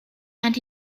and